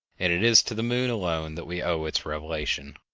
and it is to the moon alone that we owe its revelation.